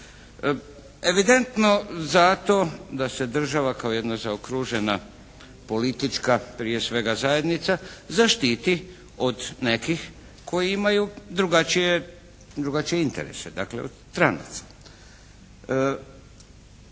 Evidentno zato da se država kao jedna zaokružena politička prije svega zajednica, zaštiti od nekih koji imaju drugačije interese, dakle od stranaca.